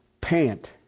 pant